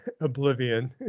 Oblivion